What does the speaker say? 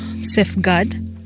safeguard